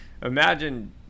Imagine